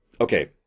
okay